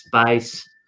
space